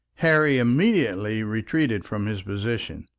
harry immediately retreated from his position,